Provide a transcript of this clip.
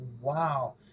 Wow